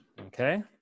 Okay